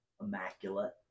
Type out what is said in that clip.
immaculate